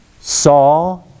saw